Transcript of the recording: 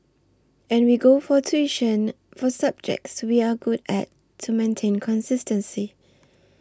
and we go for tuition for subjects we are good at to maintain consistency